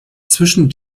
zwischen